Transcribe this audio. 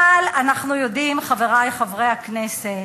אבל אנחנו יודעים, חברי חברי הכנסת,